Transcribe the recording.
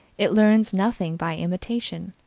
it learns nothing by imitation.